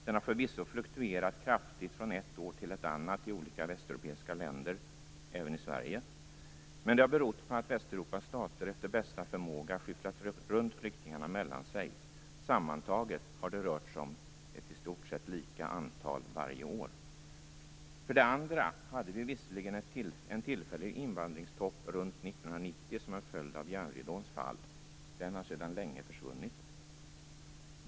Den har förvisso fluktuerat kraftig från ett år till ett annat i olika västeuropeiska länder, även i Sverige. Men det har berott på att Västeuropas stater efter bästa förmåga skyfflat runt flyktingarna mellan sig. Sammantaget har det rört sig om ett i stort sett lika antal varje år. Vi hade visserligen en tillfällig invandringstopp runt 1990 som en följd av järnridåns fall. Den har sedan länge försvunnit.